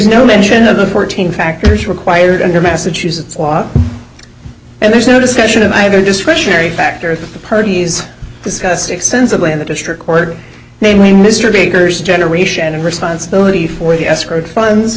no mention of the fourteen factors required under massachusetts law and there's no discretion of either discretionary factor of the parties discussed extensively in the district court namely mr baker's generation of responsibility for the escrow funds